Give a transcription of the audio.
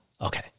Okay